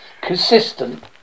consistent